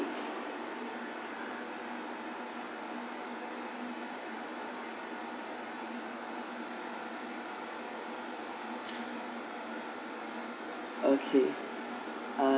okay uh